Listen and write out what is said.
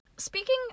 Speaking